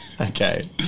Okay